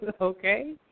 okay